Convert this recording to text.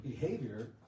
behavior